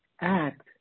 act